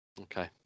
Okay